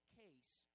case